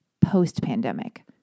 post-pandemic